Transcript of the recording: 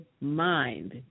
mind